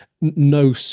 no